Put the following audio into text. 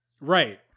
Right